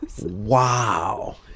wow